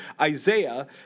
Isaiah